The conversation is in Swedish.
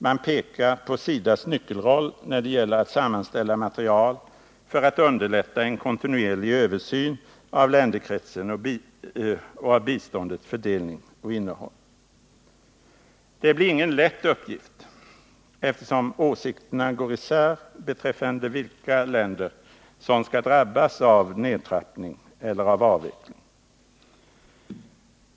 Man pekar på SIDA:s nyckelroll när det gäller att sammanställa material för att underlätta en kontinuerlig översyn av länderkretsen och av biståndets fördelning och innehåll. Detta blir ingen lätt uppgift, eftersom åsikterna går isär beträffande vilka länder som skall drabbas av nedtrappning eller av avveckling.